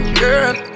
girl